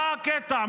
מה הקטע?